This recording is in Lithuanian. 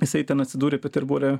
jisai ten atsidūrė peterbore